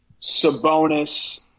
Sabonis